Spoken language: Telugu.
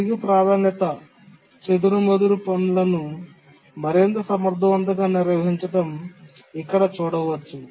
అధిక ప్రాధాన్యత చెదురుమదురు పనులను మరింత సమర్థవంతంగా నిర్వహించడం ఇక్కడ చూడవచ్చు